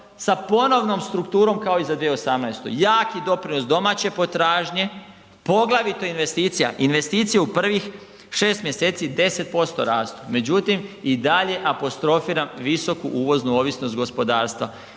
sa ponovnom strukturom kao i za 2018. Jaki doprinos domaće potražnje, poglavito investicija. Investicija u prvih 6 mjeseci 10% rastu, međutim i dalje apostrofiram visoku uvoznu ovisnost gospodarstva.